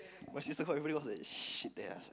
my sister all everybody was like shit ya